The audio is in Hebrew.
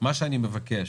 מה שאני מבקש,